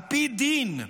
על פי דין,